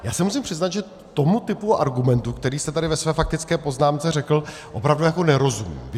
Já se musím přiznat, že tomu typu argumentu, který jste tady ve své faktické poznámce řekl, opravdu nerozumím.